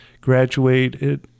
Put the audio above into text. graduated